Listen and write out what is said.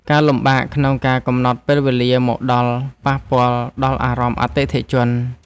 ការលំបាកក្នុងការកំណត់ពេលវេលាមកដល់ ប៉ះពាល់ដល់អារម្មណ៍អតិថិជន។